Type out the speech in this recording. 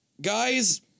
Guys